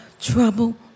trouble